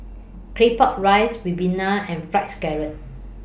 Claypot Rice Ribena and Fried Scallop